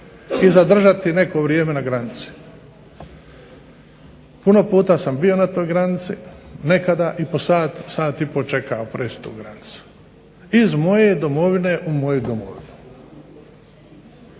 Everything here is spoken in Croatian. i zadržati neko vrijeme na granici. Puno puta sam bio na toj granici, nekada po sat, sat i pol čekao preći tu granicu, iz moje domovine u moju domovinu.